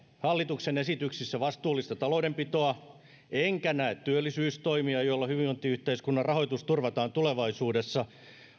hallituksen esityksissä vastuullista taloudenpitoa enkä näe työllisyystoimia joilla hyvinvointiyhteiskunnan rahoitus turvataan tulevaisuudessa